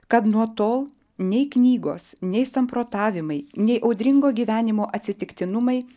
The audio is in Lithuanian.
kad nuo tol nei knygos nei samprotavimai nei audringo gyvenimo atsitiktinumai